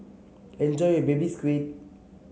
enjoy your Baby Squid